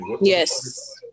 yes